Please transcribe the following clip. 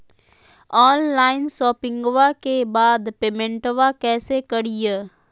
Online शोपिंग्बा के बाद पेमेंटबा कैसे करीय?